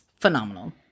phenomenal